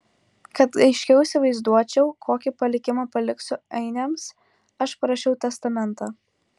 kad aiškiau įsivaizduočiau kokį palikimą paliksiu ainiams aš parašiau testamentą